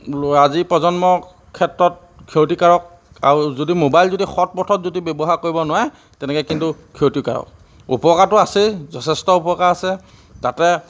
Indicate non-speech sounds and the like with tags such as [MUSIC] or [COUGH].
[UNINTELLIGIBLE] আজিৰ প্ৰজন্মৰ ক্ষেত্ৰত ক্ষতিকাৰক আৰু যদি মোবাইল যদি সৎ পথত যদি ব্যৱহাৰ কৰিব নোৱাৰে তেনেকৈ কিন্তু ক্ষতিকাৰক উপকাৰতো আছেই যথেষ্ট উপকাৰ আছে তাতে